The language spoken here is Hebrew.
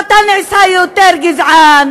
ואתה נעשה יותר גזען,